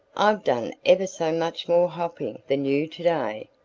i've done ever so much more hopping than you to-day,